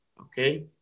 okay